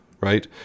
right